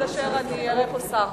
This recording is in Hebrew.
עד אשר אני אראה פה שר.